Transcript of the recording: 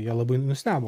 jie labai nustebo